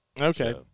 Okay